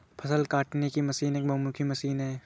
फ़सल काटने की मशीन एक बहुमुखी मशीन है